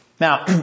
Now